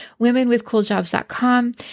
womenwithcooljobs.com